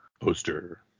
poster